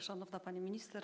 Szanowna Pani Minister!